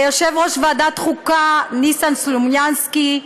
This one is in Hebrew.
ליושב-ראש ועדת החוקה ניסן סלומינסקי,